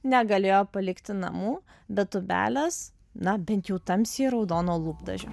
negalėjo palikti namų be tūbelės na bent jau tamsiai raudono lūpdažio